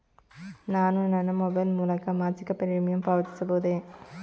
ನಾನು ನನ್ನ ಮೊಬೈಲ್ ಮೂಲಕ ಮಾಸಿಕ ಪ್ರೀಮಿಯಂ ಪಾವತಿಸಬಹುದೇ?